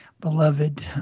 beloved